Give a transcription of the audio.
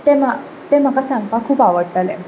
ते म्हा ते म्हाका सांगपाक खूब आवडटले